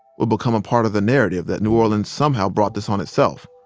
would become a part of the narrative that new orleans somehow brought this on itself.